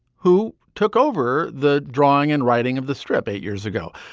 who took over the drawing and writing of the strip eight years ago.